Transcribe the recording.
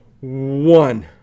one